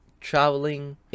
traveling